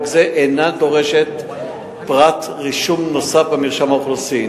זה אינו דורש פרט רישום נוסף במרשם האוכלוסין.